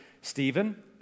Stephen